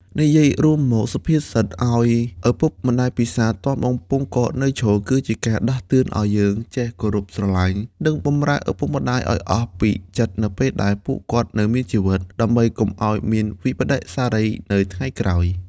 និយាយរួមមក សុភាសិត ឲ្យឪពុកម្តាយពិសារ ទាន់បំពង់ករនៅឈរ គឺជាការដាស់តឿនឲ្យយើងចេះគោរពស្រឡាញ់ និងបម្រើឪពុកម្តាយឲ្យអស់ពីចិត្តនៅពេលដែលពួកគាត់នៅមានជីវិត ដើម្បីកុំឲ្យមានវិប្បដិសារីនៅថ្ងៃក្រោយ។